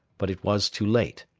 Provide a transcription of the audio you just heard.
but it was too late.